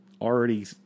already